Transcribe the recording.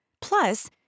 Plus